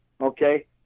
Okay